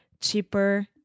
cheaper